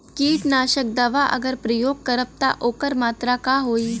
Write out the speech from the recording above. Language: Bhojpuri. कीटनाशक दवा अगर प्रयोग करब त ओकर मात्रा का होई?